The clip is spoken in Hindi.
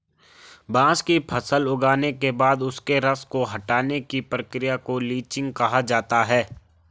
बांस की फसल उगने के बाद उसके रस को हटाने की प्रक्रिया को लीचिंग कहा जाता है